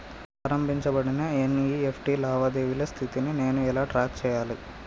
ప్రారంభించబడిన ఎన్.ఇ.ఎఫ్.టి లావాదేవీల స్థితిని నేను ఎలా ట్రాక్ చేయాలి?